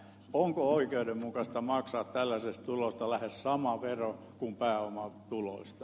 onko oikeudenmukaista maksaa tällaisesta tulosta lähes sama vero kuin pääomatuloista